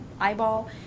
eyeball